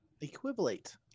Equivalent